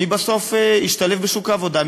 מי בסוף ישתלב בשוק העבודה?